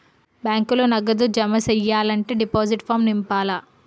బ్యాంకులో నగదు జమ సెయ్యాలంటే డిపాజిట్ ఫారం నింపాల